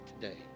Today